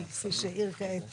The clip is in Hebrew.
כי כפי שהעיר כעת